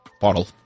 bottle